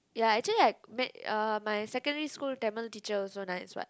ya actually I met uh my secondary school Tamil teacher also nice what